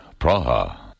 Praha